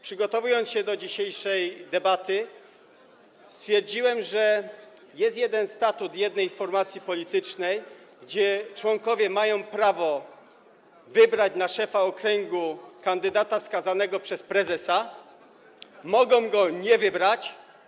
Przygotowując się do dzisiejszej debaty, stwierdziłem, że jest statut jednej formacji politycznej, gdzie członkowie mają prawo wybrać na szefa okręgu kandydata wskazanego przez prezesa, mogą też go nie wybrać.